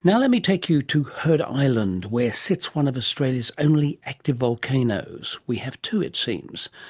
now let me take you to heard island where sits one of australia's only active volcanoes. we have two it seems.